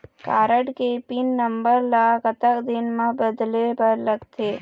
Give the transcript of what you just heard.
Card के pin number ला कतक दिन म बदले बर लगथे?